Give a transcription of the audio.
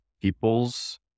people's